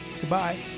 goodbye